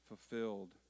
fulfilled